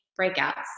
breakouts